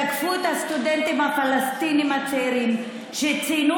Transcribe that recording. תקפו את הסטודנטים הפלסטינים הצעירים שציינו